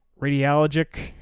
radiologic